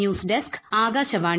news desk Akashvani